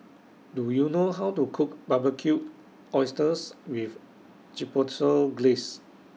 Do YOU know How to Cook Barbecued Oysters with Chipotle Glaze